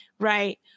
Right